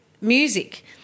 music